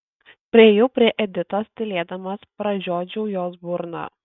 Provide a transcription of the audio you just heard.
priėjau prie editos tylėdamas pražiodžiau jos burną